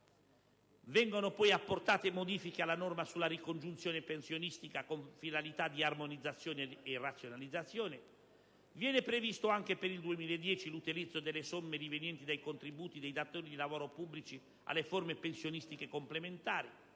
Vengono poi apportate modifiche alla norma sulla ricongiunzione pensionistica con finalità di armonizzazione e razionalizzazione; viene previsto anche per il 2010 l'utilizzo delle somme rivenienti dai contributi dei datori di lavoro pubblici alle forme pensionistiche complementari